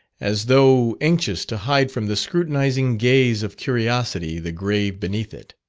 as though anxious to hide from the scrutinizing gaze of curiosity the grave beneath it.